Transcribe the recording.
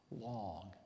long